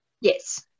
Yes